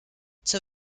zur